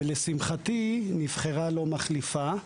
ולשמחתי נבחרה לו מחליפה.